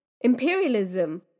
imperialism